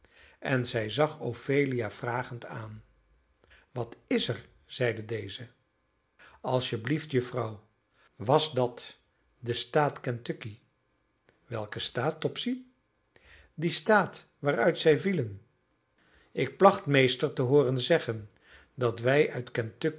en zij zag ophelia vragend aan wat is er zeide deze als je blieft juffrouw was dat de staat kentucky welke staat topsy die staat waaruit zij vielen ik placht meester te hooren zeggen dat wij uit